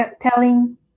telling